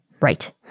Right